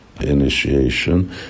initiation